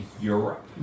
Europe